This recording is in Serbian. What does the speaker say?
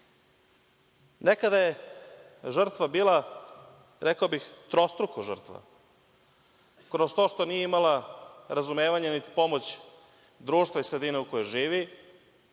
je žrtva bila, rekao bih, trostruka žrtva. Kroz to što nije imala razumevanja niti pomoć društva i sredine u kojoj živi,